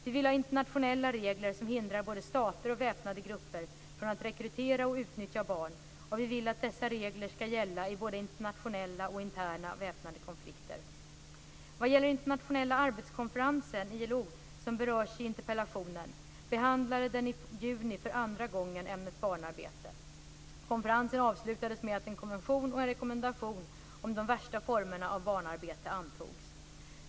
Vi vill ha internationella regler som hindrar både stater och väpnade grupper från att rekrytera och utnyttja barn, och vi vill att dessa regler ska gälla i både internationella och interna väpnade konflikter. , som berörs i interpellationen, behandlade den i juni för andra gången ämnet barnarbete. Konferensen avslutades med att en konvention och en rekommendation om de värsta formerna av barnarbete antogs.